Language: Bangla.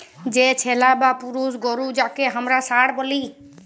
যে ছেলা বা পুরুষ গরু যাঁকে হামরা ষাঁড় ব্যলি